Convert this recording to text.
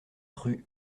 rue